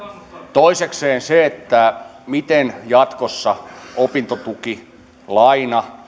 toisekseen siihen miten jatkossa opintotuki